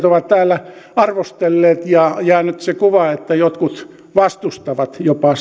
ovat täällä arvostelleet ja nyt on se kuva että jotkut jopa